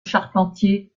charpentier